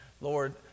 Lord